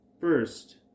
first